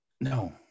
no